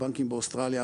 הבנקים באוסטרליה,